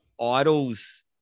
idols